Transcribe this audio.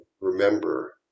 remember